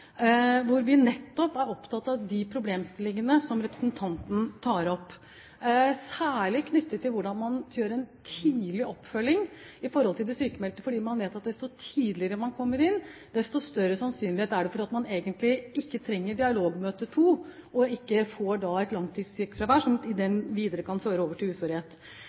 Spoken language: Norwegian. hvor vi nettopp er opptatt av de problemstillingene som representanten tar opp, særlig knyttet til hvordan man foretar en tidlig oppfølging av de sykmeldte, fordi man vet at desto tidligere man kommer inn, desto større sannsynlighet er det for at man egentlig ikke trenger dialogmøte 2, og ikke får et langtidssykefravær som videre kan føre over til uførhet.